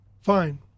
Fine